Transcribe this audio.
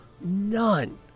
none